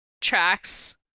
tracks